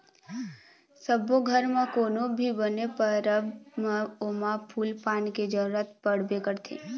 सब्बो घर म कोनो भी बने परब म ओमा फूल पान के जरूरत पड़बे करथे